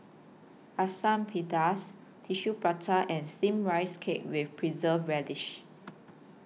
Asam Pedas Tissue Prata and Steamed Rice Cake with Preserved Radish